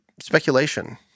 speculation